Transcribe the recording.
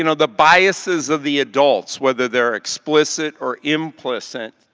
you know the biases of the adults. whether they are explicit or implicit,